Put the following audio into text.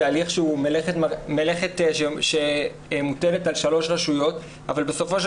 זה הליך שהוא מלאכת שמוטלת על שלוש רשויות אבל בסופו של